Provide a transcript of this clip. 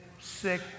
sick